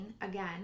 again